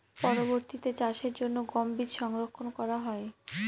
পরবর্তিতে চাষের জন্য গম বীজ সংরক্ষন করা হয়?